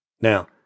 Now